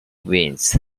winds